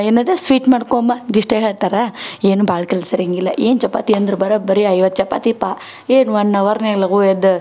ಏನದು ಸ್ವೀಟ್ ಮಾಡ್ಕೋಮ್ಮ ಇಷ್ಟೆ ಹೇಳ್ತಾರಾ ಏನು ಭಾಳ್ ಕೆಲಸ ಇರೋಂಗಿಲ್ಲ ಏನು ಚಪಾತಿ ಅಂದ್ರೆ ಬರೋಬ್ಬರಿ ಐವತ್ತು ಚಪಾತಿ ಪಾ ಏನು ಒನ್ ಅವರ್ನೆಗ ಲಘು ಎದ್ದು